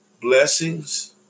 blessings